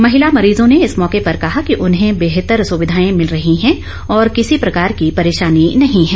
महिला मरीजों ने इस मौके पर कहा कि उन्हें बेहतर सुविधाएं मिल रही हैं और किसी प्रकार की परेशानी नहीं है